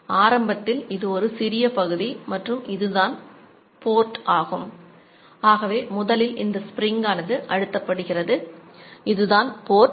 ஆரம்பத்தில் இது ஒரு சிறிய பகுதி மற்றும் இதுதான் போர்ட்